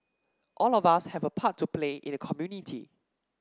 all of us have a part to play in the community